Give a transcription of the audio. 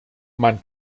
man